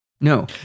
No